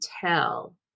tell